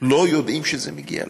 לא יודעים שזה מגיע להם.